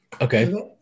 Okay